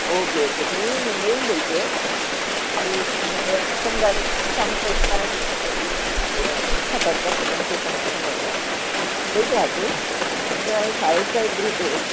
okay okay मी मुंबईहून बोलते आहे मी मध्ये आपण काम करता करता सगळ्यांची असं मं समजलं मुंबईत राहते आमचा शाळेचा एक ग्रुप आहे